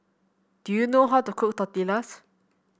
do you know how to cook Tortillas